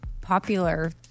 popular